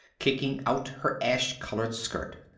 kicking out her ash-colored skirt.